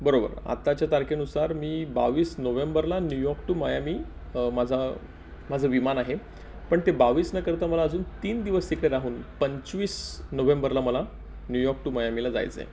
बरोबर आत्ताच्या तारखेनुसार मी बावीस नोव्हेंबरला न्यूयॉर्क टू मायामी माझा माझं विमान आहे पण ते बावीस न करता मला अजून तीन दिवस तिकडे राहून पंचवीस नोव्हेंबरला मला न्यूयॉर्क टू मयामीला जायचं आहे